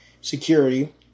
Security